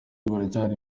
barahari